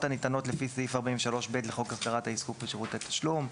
הניתנות לפי סעיף 43(ב) לחוק הסדרת העיסוק בשירותי תשלום".